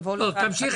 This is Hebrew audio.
לבוא לכאן.